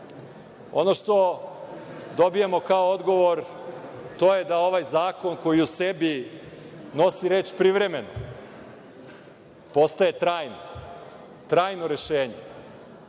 25%.Ono što dobijemo kao odgovor, to je da ovaj zakon, koji u sebi nosi reč privremeno, postaje trajan, trajno rešenje.